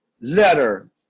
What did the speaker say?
letter